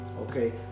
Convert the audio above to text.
okay